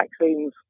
vaccines